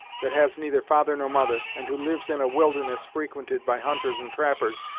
that has neither father nor mother, and who lives in a wilderness frequented by hunters and trappers,